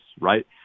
Right